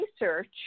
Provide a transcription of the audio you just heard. research